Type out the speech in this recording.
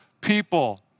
people